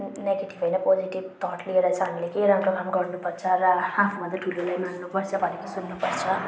negative होइन positive thought लिएर चाहिँ हामीले केही राम्रो काम गर्नुपर्छ र आफूभन्दा ठुलोलाई मान्नुपर्छ भनेको सुन्नुपर्छ